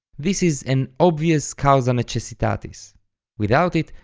this is an obvious causa necessitatis without it,